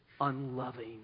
unloving